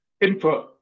input